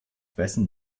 wessen